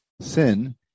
Sin